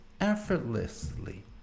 effortlessly